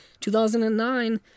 2009